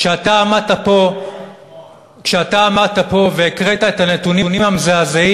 כשאתה עמדת פה והקראת את הנתונים המזעזעים,